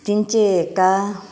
तांचे हाका